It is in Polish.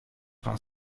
pan